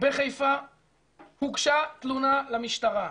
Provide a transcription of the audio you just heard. בחיפה הוגשה תלונה למשטרה,